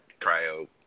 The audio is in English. cryo